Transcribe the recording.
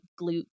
glute